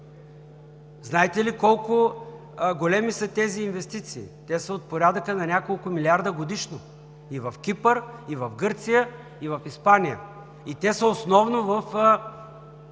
Знаете ли колко големи са тези инвестиции? Те са от порядъка на няколко милиарда годишно и в Кипър, и в Гърция, и в Испания. И те са основно в